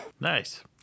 Nice